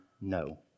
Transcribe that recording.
no